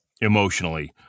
emotionally